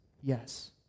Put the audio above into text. Yes